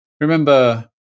remember